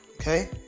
Okay